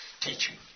teaching